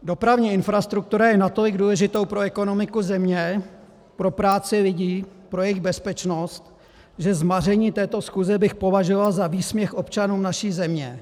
Dopravní infrastruktura je natolik důležitou pro ekonomiku země, pro práci lidí, pro jejich bezpečnost, že zmaření této schůze bych považoval za výsměch občanům naší země.